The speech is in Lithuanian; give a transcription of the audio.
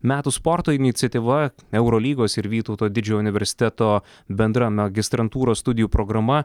metų sporto iniciatyva eurolygos ir vytauto didžiojo universiteto bendra magistrantūros studijų programa